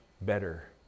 better